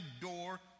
door